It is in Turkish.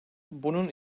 bunun